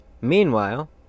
Meanwhile